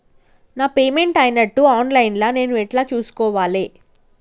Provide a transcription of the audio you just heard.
నా పేమెంట్ అయినట్టు online లా నేను ఎట్ల చూస్కోవాలే?